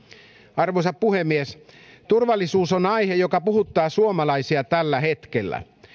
arvoisa puhemies turvallisuus on aihe joka puhuttaa suomalaisia tällä hetkellä